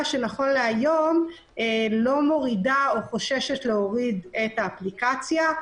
שהיום לא מורידה או חוששת להוריד את האפליקציה,